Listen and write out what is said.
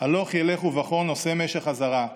הלוך ילך ובכֹה נֹשא משך הזרע,